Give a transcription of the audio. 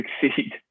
succeed